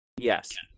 Yes